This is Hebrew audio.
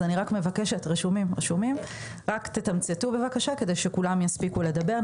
אז אני מבקשת לתמצת בבקשה כדי שכולם יספיקו לדבר.